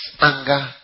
anger